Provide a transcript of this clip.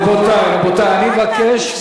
רבותי, רבותי, אני מבקש.